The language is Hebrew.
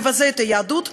מבזה את היהדות,